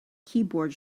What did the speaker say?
keyboard